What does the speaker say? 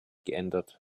geändert